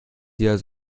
hier